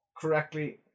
correctly